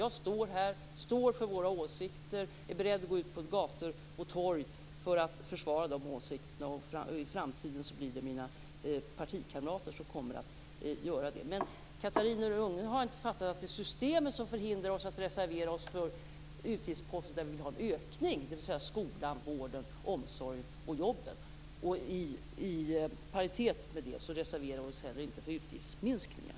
Jag står för våra åsikter och är beredd att gå ut på gator och torg för att försvara de åsikterna. I framtiden blir det mina partikamrater som kommer att göra det. Catarina Rönnung har inte förstått att det är systemet som förhindrar oss att reservera oss för utgiftsposter där vi vill ha en ökning, dvs. skolan, vården, omsorgen och jobben. I paritet med det reserverar vi oss inte heller för utgiftsminskningar.